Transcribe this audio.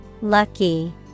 Lucky